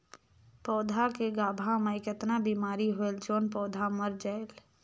पौधा के गाभा मै कतना बिमारी होयल जोन पौधा मर जायेल?